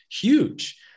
huge